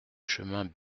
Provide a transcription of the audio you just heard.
chemin